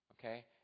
okay